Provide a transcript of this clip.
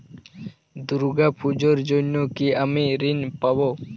দুর্গা পুজোর জন্য কি আমি ঋণ পাবো?